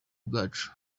bwacu